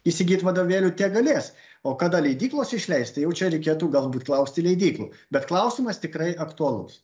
įsigyt vadovėlių tiek galės o kada leidyklos išleis tai jau čia reikėtų galbūt klausti leidyklų bet klausimas tikrai aktualus